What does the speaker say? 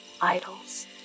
idols